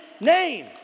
name